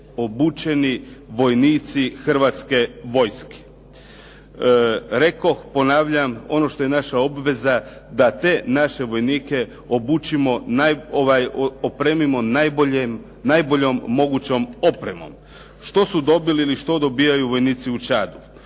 obučeni vojnici Hrvatske vojske. Rekoh, ponavljam, ono što je naša obveza da te naše vojnike obučimo, opremimo najboljom mogućom opremom. Što su dobili ili što dobivaju vojnici u Čad?